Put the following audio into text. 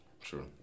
true